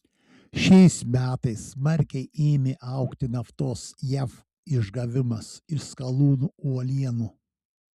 šiais metais smarkiai ėmė augti naftos jav išgavimas iš skalūnų uolienų